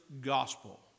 gospel